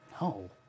No